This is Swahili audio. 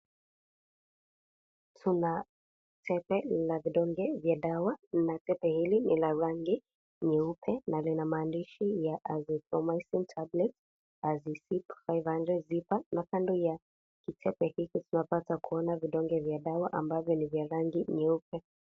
Tuna kebe lIna vidonge vya dawa na kebe hiki ni la rangi nyeupe na lina maandishi ya (cs)Azithromycin tablets azipi 500 zipa . Na kebe hiki tunapata kuona dawa ni ya rangi nyeupe.